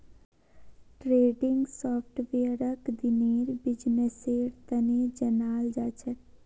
trending सॉफ्टवेयरक दिनेर बिजनेसेर तने जनाल जाछेक